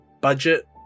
budget